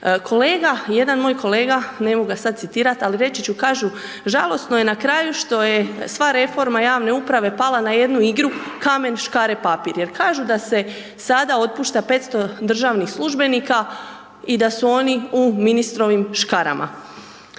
upravi. Jedan moj kolega, ne mogu ga sad citirat, ali reći ću, kažu: „Žalosno je na kraju, što je sva reforma javne uprave pala na jednu igru-kamen, škare, papir jer kažu da se sada otpušta 500 državnih službenika i da su oni u ministrovim škarama.“